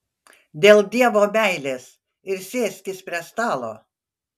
dėl dievo meilės ir sėskis prie stalo